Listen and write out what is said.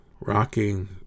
Rocking